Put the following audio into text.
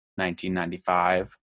1995